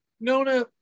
Nona